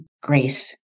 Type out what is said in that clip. grace